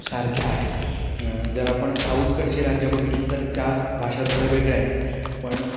सारख्या आहेत जर आपण साऊथकडची राज्यं बघितली तर त्या भाषा थोड्या वेगळ्या आहेत पण